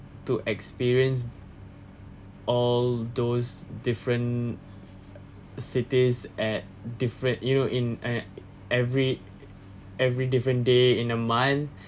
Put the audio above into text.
to experience all those different cities at different you know in at every every different day in a month